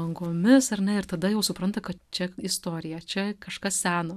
angomis ar ne ir tada jau supranta kad čia istorija čia kažkas seno